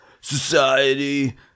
Society